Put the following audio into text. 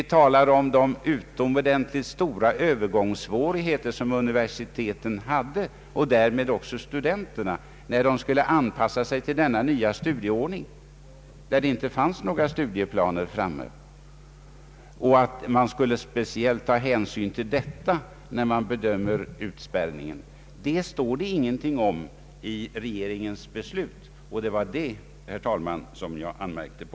Vi talar om de utomordentligt stora övergångssvårigheter som universiteten — och därmed också studenterna — hade när de skulle anpassa sig till denna nya studieordning, för vilken inte fanns några studieplaner uppgjorda. Det står ingenting i regeringens beslut om att man speciellt skulle ta hänsyn till detta vid bedömning av utspärrningen. Herr talman, det var det jag anmärkte på.